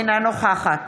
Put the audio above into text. אינה נוכחת